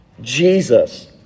Jesus